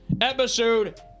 episode